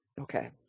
okay